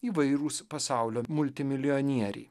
įvairūs pasaulio multimilijonieriai